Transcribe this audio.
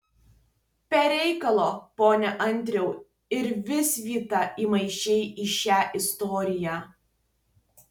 be reikalo pone andriau ir visvydą įmaišei į šią istoriją